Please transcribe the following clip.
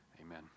Amen